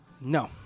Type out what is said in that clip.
No